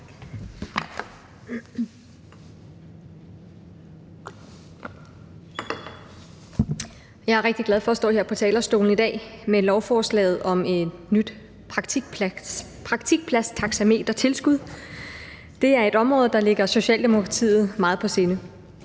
Jeg er rigtig glad for at stå her på talerstolen i dag med lovforslaget om et nyt praktikpladstaxametertilskud. Det er et område, der ligger Socialdemokratiet meget på sinde.